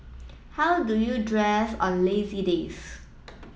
how do you dress on lazy days